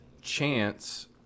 chance